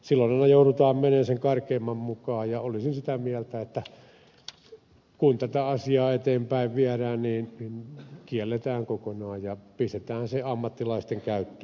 silloin joudutaan menemään sen karkeimman mukaan ja olisin sitä mieltä että kun tätä asiaa eteenpäin viedään niin kielletään se kokonaan ja pistetään ammattilaisten käyttöön